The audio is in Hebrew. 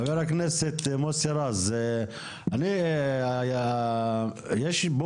יש פה